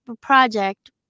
project